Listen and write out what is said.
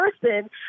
person